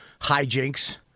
hijinks